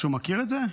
מישהו מכיר את זה?